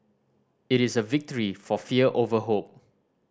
it is a victory for fear over hope